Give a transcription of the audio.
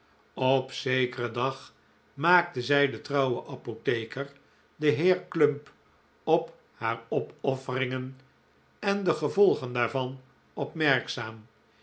op zekeren dag maakte zij den trouwen apotheker den heer clump op haar opofferingen en de gevolgen daarvan